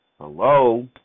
Hello